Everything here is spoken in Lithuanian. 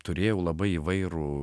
turėjau labai įvairų